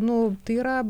nu tai yra